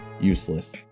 useless